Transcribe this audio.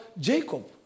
Jacob